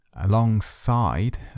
alongside